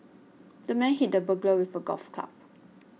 the man hit the burglar with a golf club